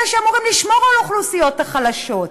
אלה שאמורים לשמור על האוכלוסיות החלשות.